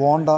bonda